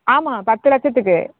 ஆமாம் பத்து லட்சத்துக்கு